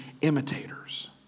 imitators